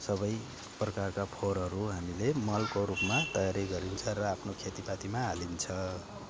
सबै प्रकारका फोहोरहरू हामीले मलको रूपमा तयारी गरिन्छ र आफ्नो खेतीपातीमा हालिन्छ